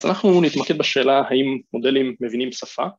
אז אנחנו נתמקד בשאלה האם מודלים מבינים שפה